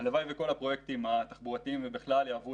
הלוואי וכל הפרויקטים התחבורתיים ובכלל יעברו